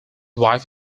wife